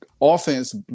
offense